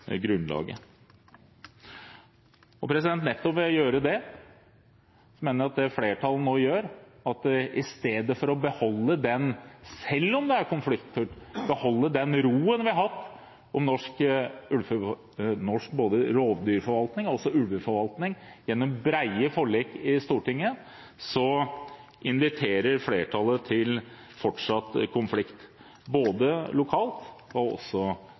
Ved å gjøre nettopp det mener jeg at det flertallet nå gjør, i stedet for – selv om det er konfliktfylt – å beholde roen vi har hatt om både norsk rovdyrforvaltning og ulveforvaltning gjennom brede forlik i Stortinget, er å invitere til fortsatt konflikt, både lokalt og også